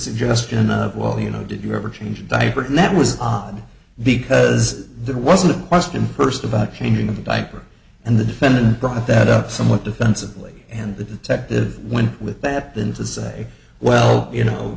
suggestion of well you know did you ever change diapers and that was odd because there wasn't question first about changing the diaper and the defendant brought that up somewhat defensively and the tech the one with that than to say well you know